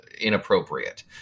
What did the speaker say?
inappropriate